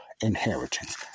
inheritance